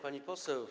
Pani Poseł!